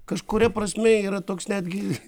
kažkuria prasme yra toks netgi